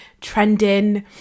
trending